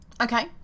okay